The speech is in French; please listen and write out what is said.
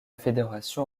fédération